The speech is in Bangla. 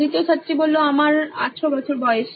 দ্বিতীয় ছাত্রী আমার 18 বছর বয়স